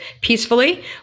peacefully